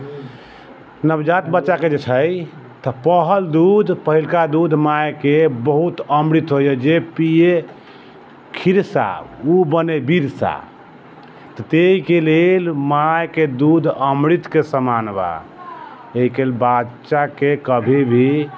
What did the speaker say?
नवजात बच्चाके जे छइ तऽ पहिल दूध पहिलका दूध माइके बहुत अमृत होइए जे पिए खिरसा ओ बनै बिरसा ताहिके लेल माइके दूध अमृतके समान बा एहिके लेल बच्चाके कभी भी